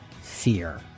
fear